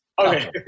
Okay